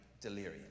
delirium